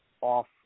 off